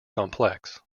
complex